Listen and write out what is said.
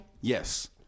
Yes